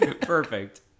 Perfect